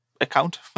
account